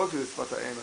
לא רק כשפת האם,